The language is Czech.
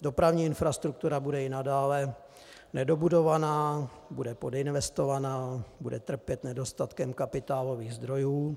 Dopravní infrastruktura bude i nadále nedobudovaná, bude podinvestovaná, bude trpět nedostatkem kapitálových zdrojů.